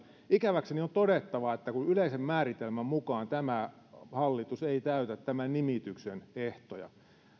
ikäväkseni minun on todettava että yleisen määritelmän mukaan tämä hallitus ei täytä tämän nimityksen ehtoja